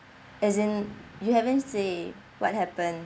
as in you haven't say what happen